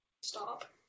stop